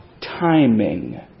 timing